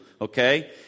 okay